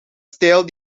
stijl